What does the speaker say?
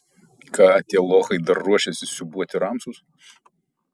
ką tie lochai dar ruošiasi siūbuoti ramsus